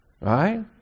Right